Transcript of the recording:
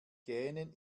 gähnen